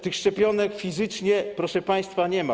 Tych szczepionek fizycznie, proszę państwa, nie ma.